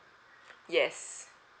yes